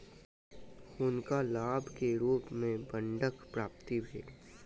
हुनका लाभ के रूप में बांडक प्राप्ति भेलैन